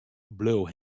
bleau